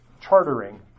chartering